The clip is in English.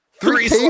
Three